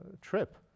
trip